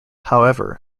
however